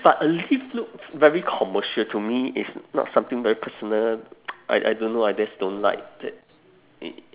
but a lift looks very commercial to me it's not something very personal I I don't know I just don't like that